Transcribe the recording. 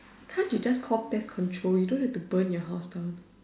can't you just call pest control you don't have to burn your house down